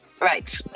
Right